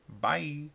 bye